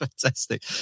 Fantastic